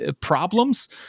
problems